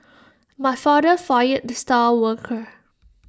my father fired the star worker